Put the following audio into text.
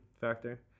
factor